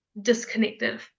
disconnected